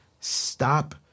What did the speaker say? stop